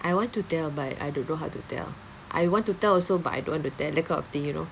I want to tell but I don't know how to tell I want to tell also but I don't want to tell that kind of thing you know